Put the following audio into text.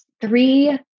Three